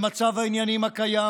במצב העניינים הקיים,